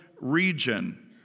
region